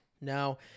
No